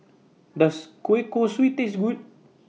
Does Kueh Kosui Taste Good